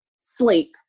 sleep